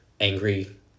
angry